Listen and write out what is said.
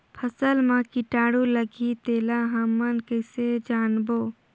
फसल मा कीटाणु लगही तेला हमन कइसे जानबो?